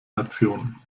nation